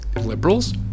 liberals